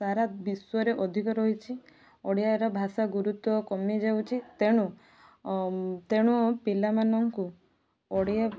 ସାରା ବିଶ୍ୱରେ ଅଧିକ ରହିଛି ଓଡ଼ିଆର ଭାଷା ଗୁରୁତ୍ୱ କମିଯାଉଛି ତେଣୁ ତେଣୁ ପିଲାମାନଙ୍କୁ ଓଡ଼ିଆ